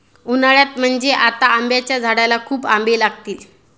उन्हाळ्यात म्हणजे आता आंब्याच्या झाडाला खूप आंबे लागतील